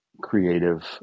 creative